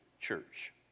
church